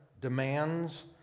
demands